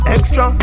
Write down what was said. Extra